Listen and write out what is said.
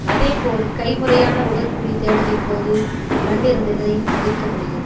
அதேபோல் கைமுறையான உடற்குழித்தேடலின் போது கண்டறிதலை தவிர்க்க முடியும்